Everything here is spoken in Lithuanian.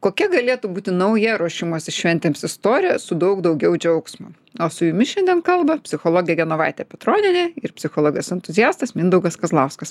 kokia galėtų būti nauja ruošimosi šventėms istorija su daug daugiau džiaugsmo o su jumis šiandien kalba psichologė genovaitė petronienė ir psichologijos entuziastas mindaugas kazlauskas